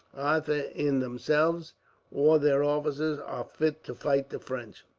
ayther in themselves or their officers, are fit to fight the french?